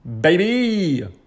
Baby